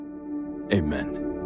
amen